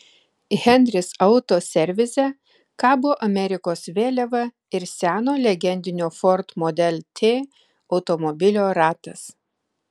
henris auto servise kabo amerikos vėliava ir seno legendinio ford model t automobilio ratas